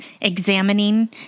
examining